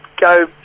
go